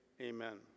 Amen